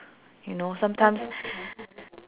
you know sometimes